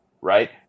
right